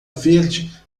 verde